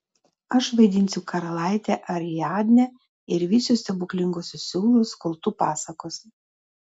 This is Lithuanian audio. aš vaidinsiu karalaitę ariadnę ir vysiu stebuklinguosius siūlus kol tu pasakosi